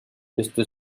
esto